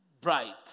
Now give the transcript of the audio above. bright